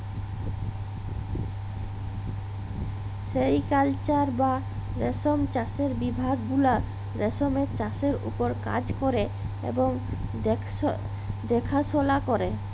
sericulture বা রেশম চাষের বিভাগ গুলা রেশমের চাষের উপর কাজ ক্যরে এবং দ্যাখাশলা ক্যরে